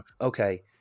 Okay